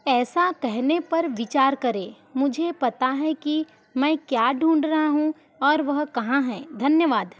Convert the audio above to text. ऐसा कहने पर विचार करें मुझे पता है कि मैं क्या ढूंढ रहा हूँ और वह कहाँ है धन्यवाद